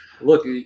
look